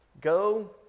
go